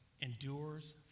endures